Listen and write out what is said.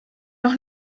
doch